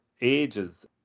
ages